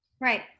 right